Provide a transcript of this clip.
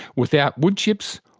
without woodchips,